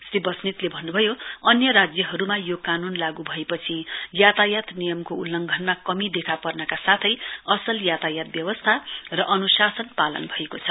श्री वस्नेतले भन्नुभयो अन्य राज्यहरूमा यो कानून लागू भएपछि यातायात नियमको उल्लघनमा कमी देखा पर्नका साथै असल यातायात व्यवस्था र अनुशासन पालन भएको छ